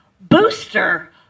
booster